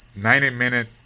90-minute